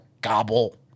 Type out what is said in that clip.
gobble